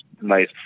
nice